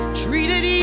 treated